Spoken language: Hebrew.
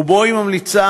ובו היא ממליצה,